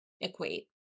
equate